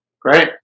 Great